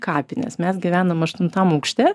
kapines mes gyvenam aštuntam aukšte